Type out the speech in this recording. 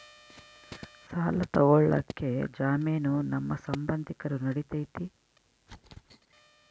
ಸಾಲ ತೊಗೋಳಕ್ಕೆ ಜಾಮೇನು ನಮ್ಮ ಸಂಬಂಧಿಕರು ನಡಿತೈತಿ?